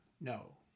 no